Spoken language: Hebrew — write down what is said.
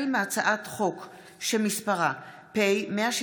דברי הכנסת חוברת ו' ישיבה י"ז הישיבה